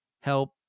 help